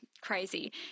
crazy